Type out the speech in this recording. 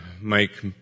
Mike